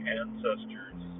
ancestors